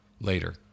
later